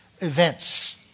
events